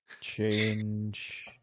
Change